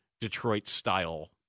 Detroit-style